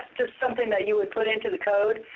just something that you would put into the code,